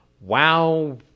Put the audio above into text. wow